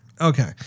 Okay